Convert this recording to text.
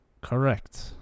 correct